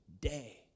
day